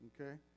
Okay